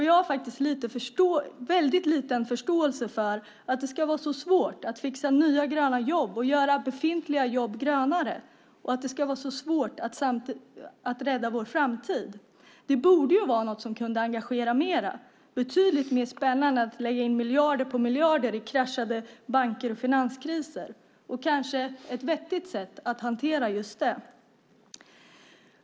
Jag har faktiskt väldigt liten förståelse för att det ska vara så svårt att fixa nya gröna jobb och göra befintliga jobb grönare och att det ska vara så svårt att rädda vår framtid. Det borde vara någonting som kunde engagera mer. Det borde vara betydligt mer spännande än att lägga miljarder på miljarder på kraschade banker och finanskriser. Det vore kanske ett vettigt sätt att hantera just detta.